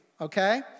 okay